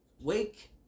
Wake